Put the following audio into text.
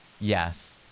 Yes